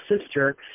sister